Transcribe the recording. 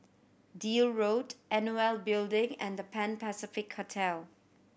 Deal Road NOL Building and The Pan Pacific Hotel